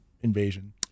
invasion